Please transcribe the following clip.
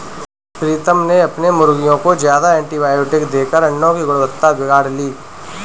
प्रीतम ने अपने मुर्गियों को ज्यादा एंटीबायोटिक देकर अंडो की गुणवत्ता बिगाड़ ली